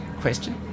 question